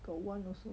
got one also